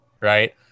right